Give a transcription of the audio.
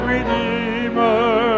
Redeemer